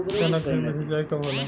चना के खेत मे सिंचाई कब होला?